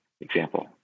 example